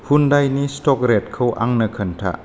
हुन्डाइनि stock रेटखौ आंनो खोन्था